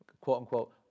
quote-unquote